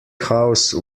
house